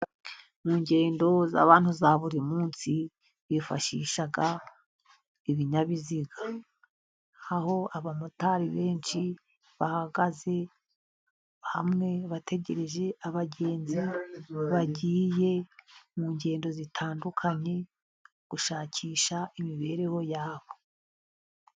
Mu ngendo z'abantu za buri munsi bifashisha ibinyabiziga. Aho abamotari benshi bahagaze hamwe, bategereje abagenzi bagiye mu ngendo zitandukanye gushakisha imibereho yabo.